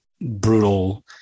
brutal